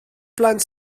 blant